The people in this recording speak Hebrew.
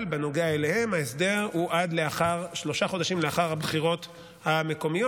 אבל בנוגע אליהם ההסדר הוא עד שלושה חודשים לאחר הבחירות המקומיות,